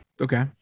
Okay